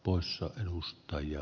poissa edustajia